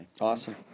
Awesome